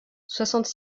soixante